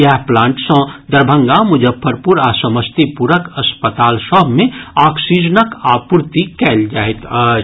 इएह प्लांट सँ दरभंगा मुजफ्फरपुर आ समस्तीपुरक अस्पताल सभ मे ऑक्सीजनक आपूर्ति कयल जाइत अछि